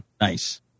nice